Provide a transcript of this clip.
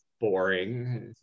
boring